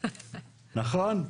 נכון?